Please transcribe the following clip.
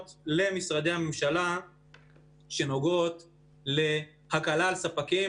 למשרדי הממשלה שנוגעות להקלה על ספקים,